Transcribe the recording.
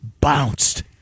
bounced